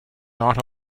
not